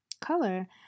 color